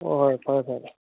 ꯍꯣꯏ ꯍꯣꯏ ꯐꯔꯦ ꯐꯔꯦ ꯐꯔꯦ